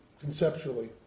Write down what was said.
conceptually